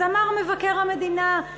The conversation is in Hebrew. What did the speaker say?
אז אמר מבקר המדינה,